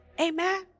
Amen